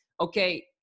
okay